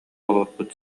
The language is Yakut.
олорбут